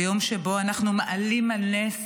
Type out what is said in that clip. ביום שבו אנחנו מעלים על נס